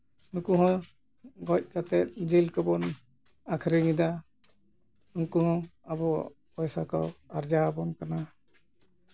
ᱱᱩᱠᱩ ᱦᱚᱸ ᱜᱚᱡ ᱠᱟᱛᱮᱫ ᱡᱤᱞ ᱠᱚᱵᱚᱱ ᱟᱹᱠᱷᱨᱤᱧ ᱮᱫᱟ ᱱᱩᱠᱩ ᱦᱚᱸ ᱟᱵᱚ ᱯᱚᱭᱥᱟ ᱠᱚ ᱟᱨᱡᱟᱣ ᱟᱵᱚᱱ ᱠᱟᱱᱟ